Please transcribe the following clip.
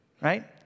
right